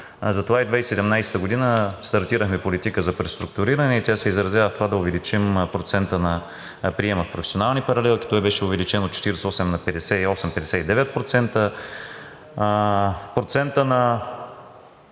затова 2017 г. стартирахме политика за преструктуриране. Тя се изразява в това да увеличим процента на приема в професионалните паралелки, той беше увеличен от 48 на 58 –59%. Процентът на